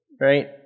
Right